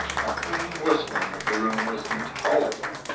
the hooning whistling of the room was intolerable.